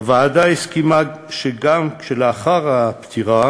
הוועדה הסכימה שגם כשלאחר הפטירה